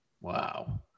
Wow